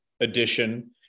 edition